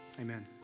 amen